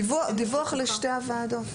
דיווח לשתי הוועדות.